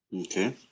Okay